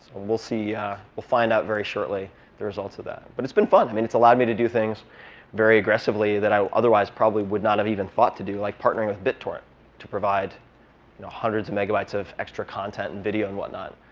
we'll find out very shortly the results of that. but it's been fun. i mean, it's allowed me to do things very aggressively that i otherwise probably would not have even thought to do, like partnering with bittorrent to provide hundreds of megabytes of extra content and video and whatnot.